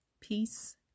Peace